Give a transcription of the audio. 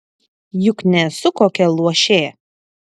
juk nesu kokia luošė